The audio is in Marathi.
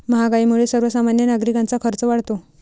महागाईमुळे सर्वसामान्य नागरिकांचा खर्च वाढतो